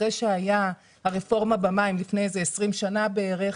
אחרי שהיתה הרפורמה במים לפני 20 שנה בערך,